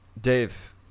Dave